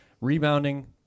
Rebounding